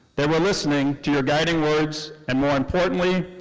they were listening to your guiding words and more importantly,